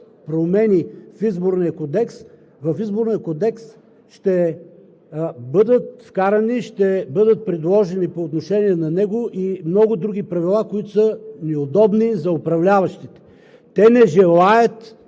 променени в Изборния кодекс, в Изборния кодекс ще бъдат вкарани, ще бъдат предложени по отношение на него и много други правила, които са неудобни за управляващите. Те не желаят